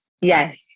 Yes